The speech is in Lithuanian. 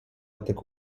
tik